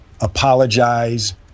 apologize